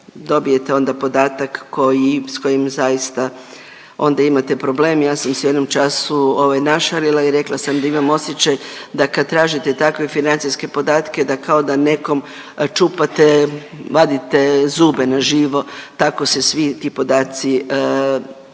dobijete onda podatak koji, s kojim zaista onda imate problem. Ja sam se u jednom času ovaj našalila i rekla sam da imam osjećaj da kad tražite takve financijske podatke da kao da nekom čupate, vadite zube na živo, tako se svi ti podaci skrivaju.